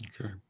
Okay